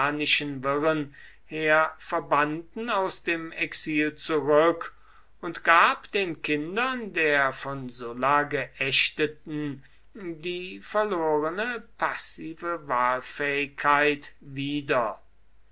her verbannten aus dem exil zurück und gab den kindern der von sulla geächteten die verlorene passive wahlfähigkeit wieder